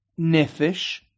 nefesh